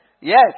Yes